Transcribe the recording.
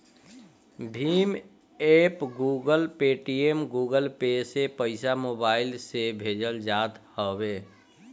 Bhim app, Google, Paytm, Google Pay से पईसा mobile से भेजल जात हवे